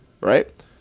Right